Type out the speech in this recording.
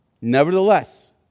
Nevertheless